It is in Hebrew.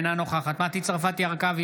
אינה נוכחת מטי צרפתי הרכבי,